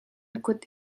kut